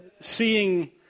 seeing